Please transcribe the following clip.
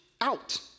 out